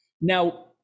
Now